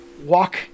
walk